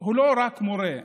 הוא לא רק מורה,